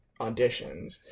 auditions